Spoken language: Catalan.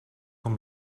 com